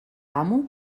amo